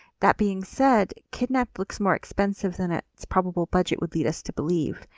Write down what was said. that being said, kidnapped looks more expensive than ah its probable budget would lead us to believe.